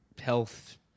health